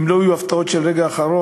אם לא יהיו הפתעות של הרגע האחרון,